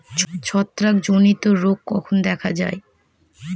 ছত্রাক জনিত রোগ কখন দেখা য়ায়?